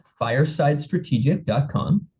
firesidestrategic.com